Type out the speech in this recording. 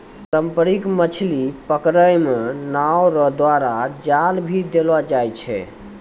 पारंपरिक मछली पकड़ै मे नांव रो द्वारा जाल भी देलो जाय छै